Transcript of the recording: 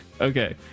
Okay